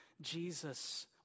Jesus